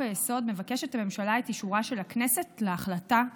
לחוק-היסוד מבקשת הממשלה את אישורה של הכנסת להחלטה זאת.